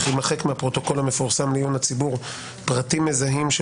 יימחקו מהפרוטוקול המפורסם לעיון הציבור פרטים מזהים של